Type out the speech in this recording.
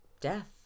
death